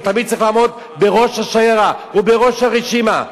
תמיד צריך לעמוד בראש השיירה ובראש הרשימה.